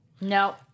No